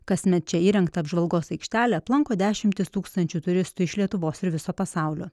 kasmet čia įrengtą apžvalgos aikštelę aplanko dešimtys tūkstančių turistų iš lietuvos ir viso pasaulio